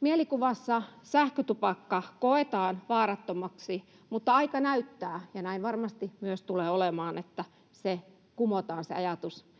Mielikuvissa sähkötupakka koetaan vaarattomaksi, mutta aika näyttää, ja näin varmasti tulee myös olemaan, että se ajatus kumotaan